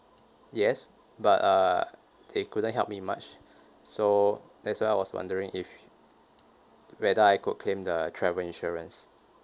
yes but uh they couldn't help me much so that's why I was wondering if whether I could claim the travel insurance